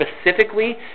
Specifically